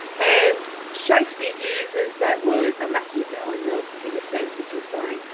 and shakespeare uses that word a machiavel, in the in the sense that you're saying,